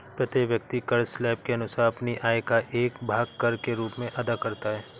प्रत्येक व्यक्ति कर स्लैब के अनुसार अपनी आय का एक भाग कर के रूप में अदा करता है